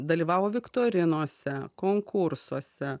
dalyvavo viktorinose konkursuose